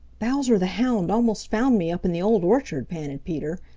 bowser the hound almost found me up in the old orchard, panted peter.